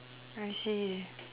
I see